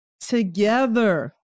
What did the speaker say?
together